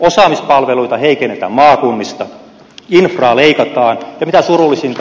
osaamispalveluita heikennetään maakunnista infraa leikataan ja mikä surullisinta